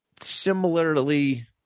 similarly